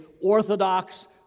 orthodox